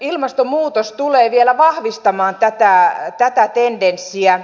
ilmastonmuutos tulee vielä vahvistamaan tätä tendenssiä